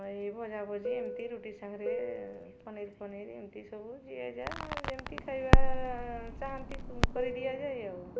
ଏଇ ଭଜା ଭଜି ଏମିତି ରୁଟି ସାଙ୍ଗରେ ପନିର୍ ଫନିର୍ ଏମିତି ସବୁ ଯିଏ ଯା ଯେମିତି ଖାଇବା ଚାହାନ୍ତି କରିଦିଆଯାଏ ଆଉ